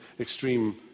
extreme